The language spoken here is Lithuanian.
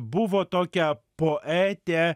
buvo tokia poetė